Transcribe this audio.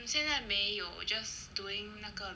hmm 现在没有 just doing 那个